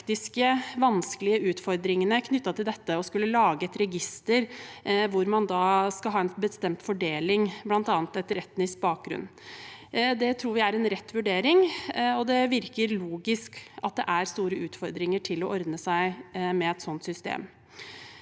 praktisk vanskelige utfordringene knyttet til å skulle lage et register hvor man skal ha en bestemt fordeling, bl.a. etter etnisk bakgrunn. Det tror vi er en rett vurdering. Det virker logisk at det er store utfordringer med å ordne seg med et sånt system.